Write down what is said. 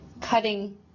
cutting